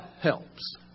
helps